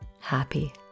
happy